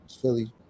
Philly